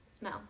No